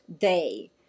day